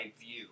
view